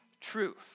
truth